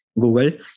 google